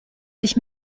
sich